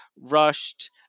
rushed